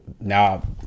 now